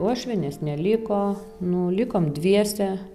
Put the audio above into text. uošvienės neliko nu likom dviese